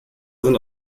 sind